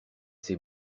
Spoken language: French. ses